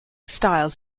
styles